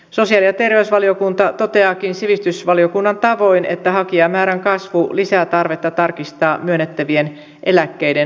sosiaali ja terveysvaliokunta toteaakin sivistysvaliokunnan tavoin että hakijamäärän kasvu lisää tarvetta tarkistaa myönnettävien eläkkeiden lukumäärää